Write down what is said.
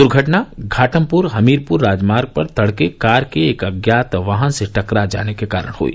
दुर्घटना घाटमपुर हमीरपुर राजमार्ग पर तडके कार के एक अज्ञात वाहन से टकरा जाने के कारण हई